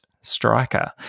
striker